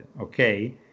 okay